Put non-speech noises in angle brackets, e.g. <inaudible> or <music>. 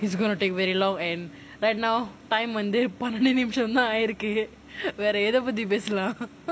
it's going to take very long and right now time வந்து பன்னெண்டு நிமிஷம் தான் ஆகி இருக்கு வேற எத பத்தி பேசலாம்:vanthu pannandu nimisham thaan aagi iruku vera etha pathi pesalaam <laughs>